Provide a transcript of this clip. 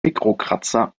mikrokratzer